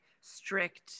strict